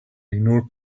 ignore